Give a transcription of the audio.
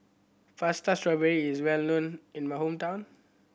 strawberry is well known in my hometown